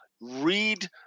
Read